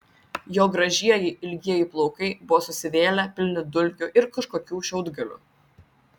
jo gražieji ilgieji plaukai buvo susivėlę pilni dulkių ir kažkokių šiaudgalių